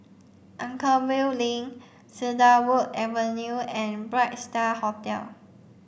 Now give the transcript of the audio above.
Anchorvale Link Cedarwood Avenue and Bright Star Hotel